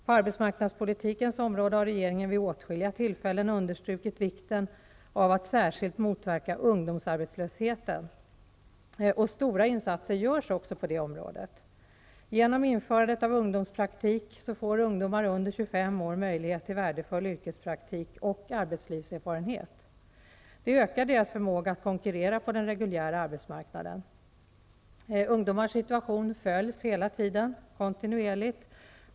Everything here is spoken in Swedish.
På arbetsmarknadspolitikens område har regeringen vid åtskilliga tillfällen understrukit vikten av att särskilt motverka ungdomsarbetslösheten, och stora insatser görs också på det området. Genom införandet av ungdomspraktik får ungdomar under 25 år möjlighet till värdefull yrkespraktik och arbetslivserfarenhet. Detta ökar deras förmåga att konkurrera på den reguljära arbetsmarknaden. Ungdomars situation på Arbetsmarknaden följs kontinuerligt.